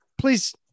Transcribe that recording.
please